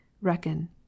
reckon